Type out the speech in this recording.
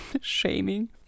shaming